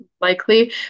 likely